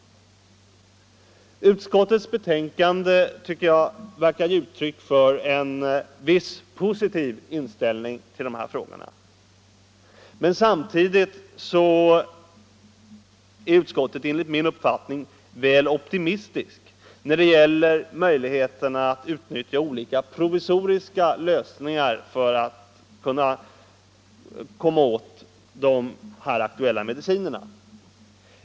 Utskottets betänkande verkar ge uttryck för en viss positiv inställning till de här frågorna. Samtidigt är utskottet enligt min uppfattning väl optimistiskt när det gäller möjligheterna att utnyttja olika provisoriska lösningar för att göra de aktuella medicinerna tillgängliga.